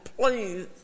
please